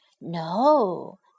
No